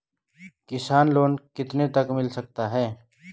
किसान लोंन कितने तक मिल सकता है?